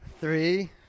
Three